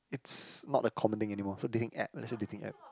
it's not a common thing anymore for dating app let's say dating app